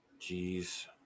Jeez